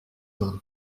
vingt